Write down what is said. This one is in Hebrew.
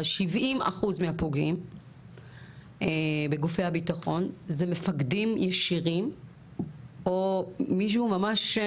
אבל 70% מהפוגעים בגופי הביטחון זה מפקדים ישירים או מישהו ממש